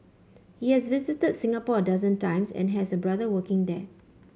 he has visited Singapore a dozen times and has a brother working there